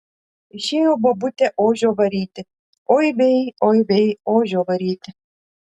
išėjo bobutė ožio varyti oi vei oi vei ožio varyti